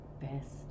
best